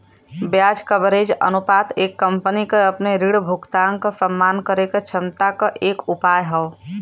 ब्याज कवरेज अनुपात एक कंपनी क अपने ऋण भुगतान क सम्मान करे क क्षमता क एक उपाय हौ